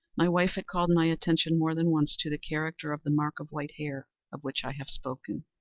my wife had called my attention, more than once, to the character of the mark of white hair, of which i have spoken,